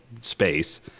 space